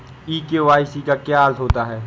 ई KYC का क्या अर्थ होता है?